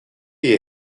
iyi